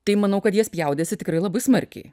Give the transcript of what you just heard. tai manau kad jie spjaudėsi tikrai labai smarkiai